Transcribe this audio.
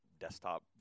desktop